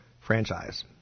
franchise